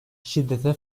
şiddete